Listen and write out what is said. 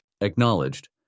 Acknowledged